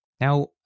Now